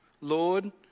Lord